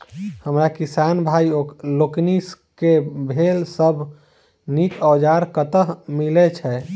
हमरा किसान भाई लोकनि केँ लेल सबसँ नीक औजार कतह मिलै छै?